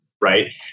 right